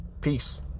Peace